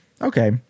Okay